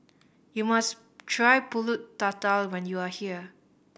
you must try Pulut Tatal when you are here